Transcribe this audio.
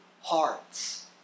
hearts